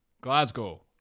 Glasgow